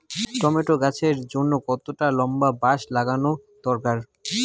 Tomato গাছের জন্যে কতটা লম্বা বাস লাগানো দরকার?